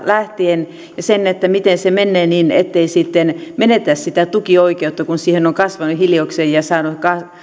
lähtien miten se menee ettei sitten menetä sitä tukioikeutta kun siihen on kasvanut hiljakseen ja saanut